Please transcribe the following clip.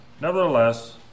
Nevertheless